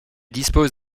dispose